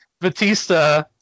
Batista